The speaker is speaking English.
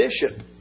bishop